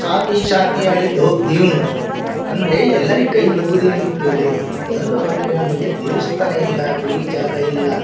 ಸಾತಿ ಸಾತಿಹಾಡಿ ಬೌದೇ ಅಂದರೆ ಎಲ್ಲರಿಗೆ ಕೈ ಮುಗ್ದೇನ ಅಂತ್ಹೇಳಿ ಒಂದು ದೇವ್ಸ್ಥಾನ ಇಲ್ಲ ಗುಡಿ ಜಾಗ ಇಲ್ಲ